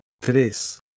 tres